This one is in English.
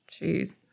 Jeez